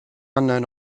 unknown